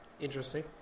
Interesting